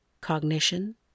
cognition